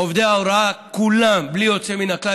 עובדי ההוראה כולם בלי יוצא מן הכלל,